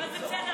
אבל זה בסדר,